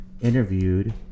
interviewed